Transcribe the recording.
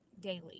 daily